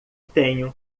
tenho